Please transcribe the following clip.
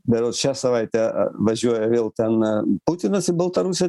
berods šią savaitę važiuoja vėl tenai putinas į baltarusią